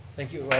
thank you.